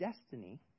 destiny